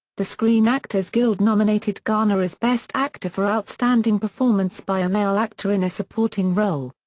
the screen actors guild nominated garner as best actor for outstanding performance by a male actor in a supporting role.